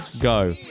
go